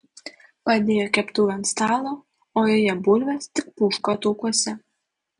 padėjo keptuvę ant stalo o joje bulvės tik puška taukuose